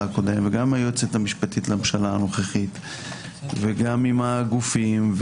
וגם עם היועצת המשפטית לממשלה הנוכחית וגם עם הגופים,